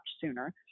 sooner